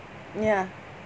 ya